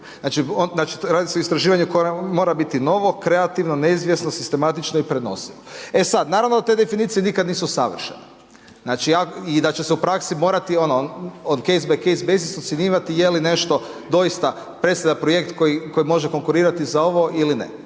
Znači, radi se o istraživanju koje mora biti novo, kreativno, neizvjesno, sistematično i prenosivo. E sad, naravno da te definicije nikad nisu savršene. Znači i da će se u praksi morati, ono od …/Govornik se ne razumije./… ocjenjivati je li nešto doista predstavlja projekt koji može konkurirati za ovo ili ne.